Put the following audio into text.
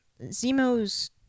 Zemo's